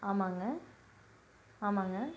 ஆமாங்க ஆமாங்க